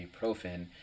ibuprofen